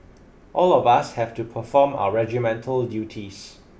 all of us have to perform our regimental duties